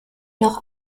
noch